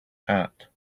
hat